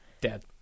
Dead